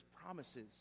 promises